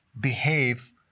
behave